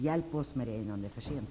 Hjälp oss innan det är för sent.